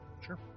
Sure